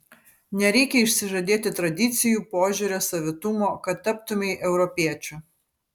nereikia išsižadėti tradicijų požiūrio savitumo kad taptumei europiečiu